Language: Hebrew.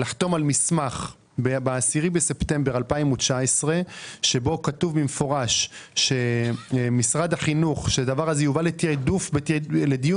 הם חתמו על מסמך ב-10 בספטמבר 2019 בו כתוב במפורש שהדבר הזה יובא לדיון